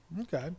Okay